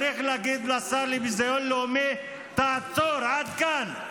צריך להגיד לשר לביזיון לאומי: תעצור, עד כאן,